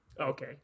Okay